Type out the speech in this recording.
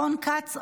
רון כץ,